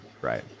right